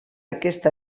aquest